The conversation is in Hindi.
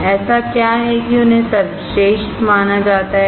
ऐसा क्या है कि उन्हें सर्वश्रेष्ठ माना जाता है